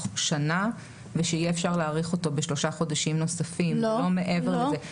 שנה ושיהיה אפשר להאריך אותו בשלושה חודשים נוספים ולא מעבר לזה.